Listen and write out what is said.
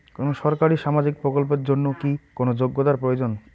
কোনো সরকারি সামাজিক প্রকল্পের জন্য কি কোনো যোগ্যতার প্রয়োজন?